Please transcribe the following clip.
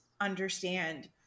understand